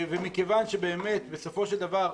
מכיוון שבסופו של דבר,